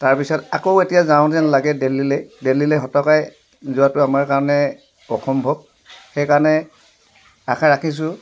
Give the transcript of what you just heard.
তাৰপিছত আকৌ এতিয়া যাওঁযেন লাগে দিল্লীলৈ দিল্লীলৈ হতকাই যোৱাটো আমাৰ কাৰণে অসম্ভৱ সেইকাৰণে আশা ৰাখিছো